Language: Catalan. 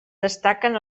destaquen